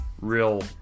real